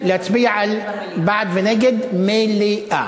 להצביע על בעד ונגד מליאה.